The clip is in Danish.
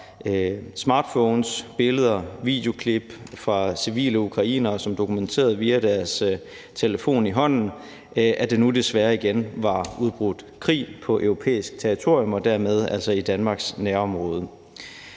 smartphones – billeder, videoklip fra civile ukrainere, som dokumenterede via deres telefon i hånden, at der nu igen desværre var udbrudt krig på europæisk territorium og dermed altså i Danmarks nærområde.